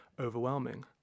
overwhelming